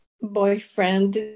boyfriend